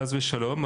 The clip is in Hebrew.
חס ושלום,